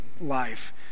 life